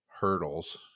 hurdles